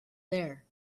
there